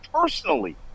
personally